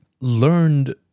learned